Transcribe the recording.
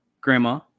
Grandma